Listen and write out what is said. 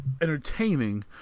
entertaining